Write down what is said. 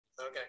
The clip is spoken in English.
Okay